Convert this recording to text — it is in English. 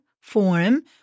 form